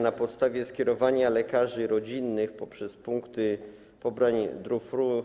Na podstawie skierowania lekarzy rodzinnych, przez punkty pobrań drive-thru,